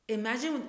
imagine